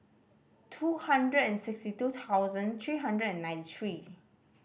two hundred and sixty two thousand three hundred and ninety three